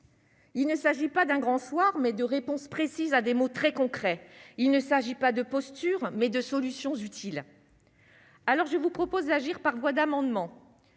Il ne s'agit pas d'un grand soir, mais de réponse précise à des mots très concret, il ne s'agit pas de posture mais de solutions utiles, alors je vous propose d'agir par voie d'amendement